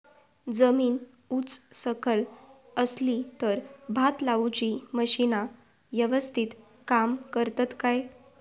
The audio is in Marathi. जमीन उच सकल असली तर भात लाऊची मशीना यवस्तीत काम करतत काय?